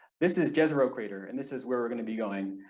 this is jezrero crater and this is where we're gonna be going.